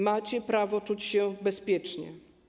Macie prawo czuć się bezpiecznie.